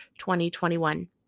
2021